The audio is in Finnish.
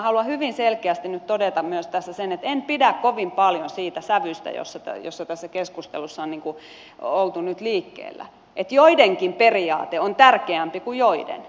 haluan hyvin selkeästi nyt todeta myös tässä sen että en pidä kovin paljon siitä sävystä jossa tässä keskustelussa on oltu nyt liikkeellä että joidenkin periaate on tärkeämpi kuin toisten